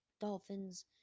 Dolphins